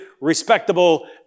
respectable